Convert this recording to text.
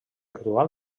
actual